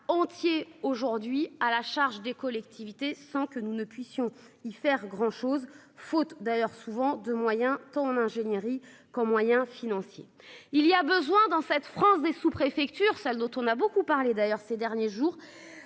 entiers aujourd'hui à la charge des collectivités sans que nous ne puissions y faire grand chose. Faute d'ailleurs souvent de moyens ton ingénierie comme moyens financiers. Il y a besoin dans cette France des sous-, préfectures, celles dont on a beaucoup parlé d'ailleurs ces derniers jours.